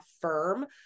firm